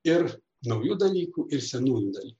ir naujų dalykų ir senųjų dalykų